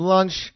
Lunch